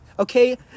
Okay